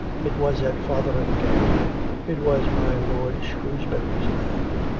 it was at fotheringay it was my lord shrewsbury's man.